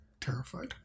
terrified